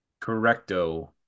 Correcto